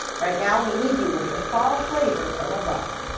right now, we leave you with some fall flavor from above.